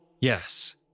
Yes